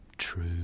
true